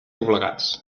doblegats